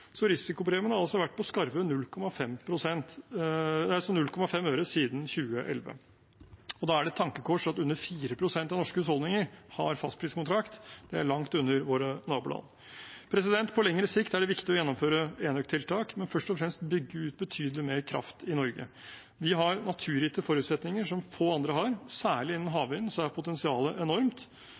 har altså vært på skarve 0,5 øre siden 2011. Da er det et tankekors at under 4 pst. av norske husholdninger har fastpriskontrakt. Det er langt under våre naboland. På lengre sikt er det viktig å gjennomføre enøktiltak, men først og fremst bygge ut betydelig mer kraft i Norge. Vi har naturgitte forutsetninger som få andre har. Særlig innen havvind er potensialet enormt,